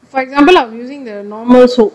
for example of using the normal soap